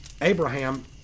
Abraham